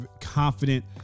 confident